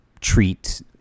treat